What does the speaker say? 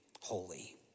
holy